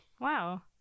Wow